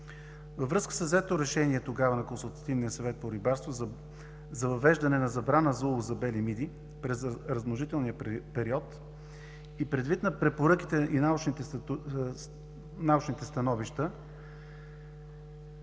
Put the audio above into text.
Във връзка с взетото решение тогава на Консултативния съвет по рибарство за въвеждане забрана за улов за бели миди през размножителния период и предвид на препоръките и научните становища